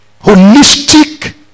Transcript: holistic